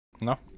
No